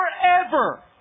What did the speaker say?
forever